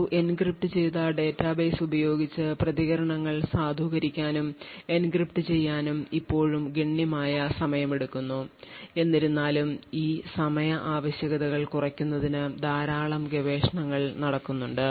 ഒരു എൻക്രിപ്റ്റ് ചെയ്ത ഡാറ്റാബേസ് ഉപയോഗിച്ച് പ്രതികരണങ്ങൾ സാധൂകരിക്കാനും എൻക്രിപ്റ്റ് ചെയ്യാനും ഇപ്പോഴും ഗണ്യമായ സമയമെടുക്കുന്നു എന്നിരുന്നാലും ഈ സമയ ആവശ്യകതകൾ കുറയ്ക്കുന്നതിന് ധാരാളം ഗവേഷണങ്ങൾ നടക്കുന്നുണ്ട്